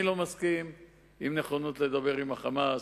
אני לא מסכים לנכונות לדבר עם ה"חמאס".